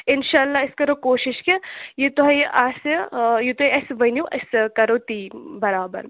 اِنشااللہ أسۍ کَرو کوٗشش یہِ تۄہہِ آسہِ یہِ تۄہہِ اَسہِ ؤنِو أسۍ کَرو تی بَرابر